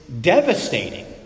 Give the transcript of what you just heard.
devastating